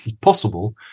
possible